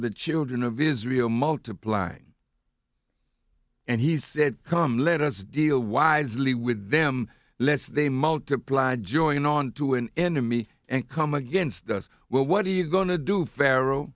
the children of israel multiplying and he said come let us deal wisely with them lest they multiply joining on to an enemy and come against us well what are you going to do pharaoh